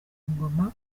ingoma